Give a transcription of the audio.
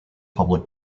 public